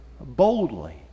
boldly